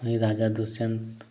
वही राजा दुष्यंत